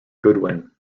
goodwin